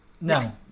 no